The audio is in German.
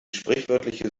sprichwörtliche